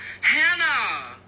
Hannah